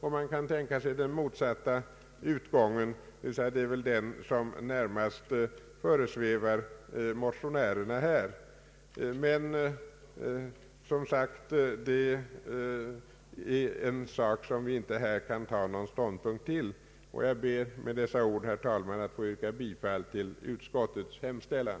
Man kan också tänka sig den motsatta utvecklingen, och det är väl detta som närmast föresvävar motionärerna. Men det är som sagt en sak som vi inte här kan ta någon ståndpunkt till. Jag ber med dessa ord, herr talman, att få yrka bifall till utskottets hemställan.